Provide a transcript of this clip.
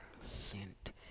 sent